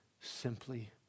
simply